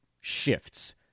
shifts